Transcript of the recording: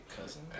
cousin